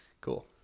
Cool